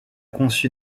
conçu